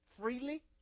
freely